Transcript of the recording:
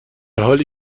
حالی